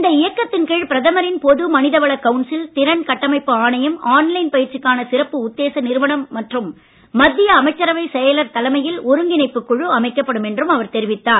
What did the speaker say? இந்த இயக்கத்தின் கீழ் பிரதமரின் பொது மனிதவள கவுன்சில் திறன் கட்டமைப்பு ஆணையம் ஆன் லைன் பயிற்சிக்கான சிறப்பு உத்தேச நிறுவனம் மற்றும் மத்திய அமைச்சரவை செயலர் தலைமையில் ஒருங்கிணைப்புக் குழு அமைக்கப்படும் என்றும் அவர் தெரிவித்தார்